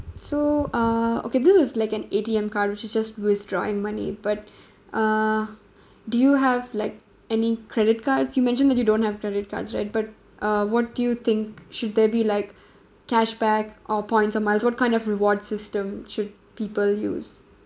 so uh okay this is like an A_T_M card which is just withdrawing money but uh do you have like any credit cards you mentioned that you don't have credit cards right but uh what do you think should there be like cashback or points or miles what kind of rewards system should people use